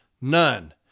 None